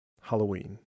Halloween